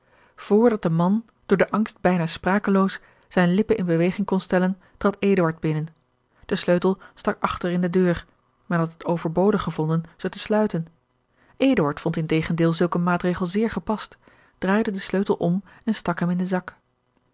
dat de man door den angst bijna sprakeloos zijne lippen in beweging kon stellen trad eduard binnen de sleutel stak achter in de deur men had het overbodig gevonden ze te george een ongeluksvogel sluiten eduard vond integendeel zulk een maatregel zeer gepast draaide den sleutel om en stak hem in den zak